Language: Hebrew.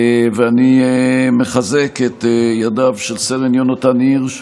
ואני מחזק את ידיו של סרן יונתן הירש,